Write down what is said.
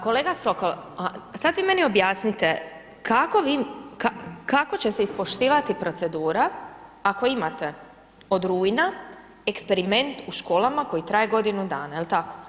Kolega Sokol, a sad vi meni objasnite kako vi, kako će se ispoštivati procedura, ako imate od rujna eksperiment u školama koji traje godinu dana, jel tako?